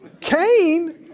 Cain